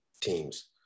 teams